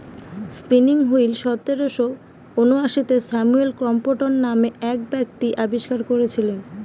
spinning wheel সতেরোশো ঊনআশিতে Samuel Crompton নামে এক ব্যক্তি আবিষ্কার করেছিলেন